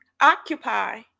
occupy